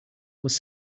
was